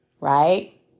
Right